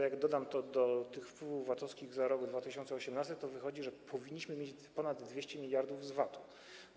Jak dodam to do wpływów VAT-owskich za rok 2018, to wychodzi, że powinniśmy mieć ponad 200 mld z VAT-u.